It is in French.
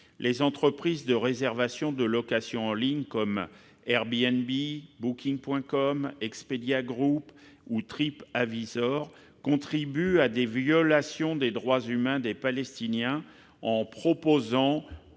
Les entreprises de réservation en ligne, comme Airbnb, Booking.com, Expedia Group ou TripAdvisor, contribuent à des violations de droits humains des Palestiniens, en proposant